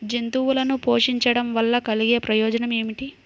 జంతువులను పోషించడం వల్ల కలిగే ప్రయోజనం ఏమిటీ?